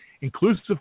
inclusive